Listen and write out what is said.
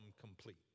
complete